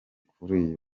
kuri